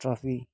trophy